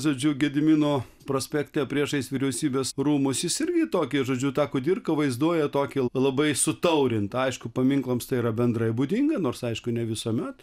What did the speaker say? žodžiu gedimino prospekte priešais vyriausybės rūmus jis irgi tokį žodžiu tą kudirką vaizduoja tokį labai sutaurintą aišku paminklams tai yra bendrai būdinga nors aišku ne visuomet